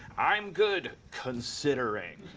i'm good considering.